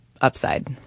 upside